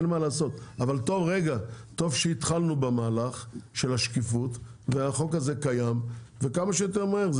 אבל טוב שהתחלנו במהלך של השקיפות והחוק הזה קיים וכמה שיותר מהר,